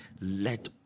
Let